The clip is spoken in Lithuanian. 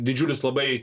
didžiulius labai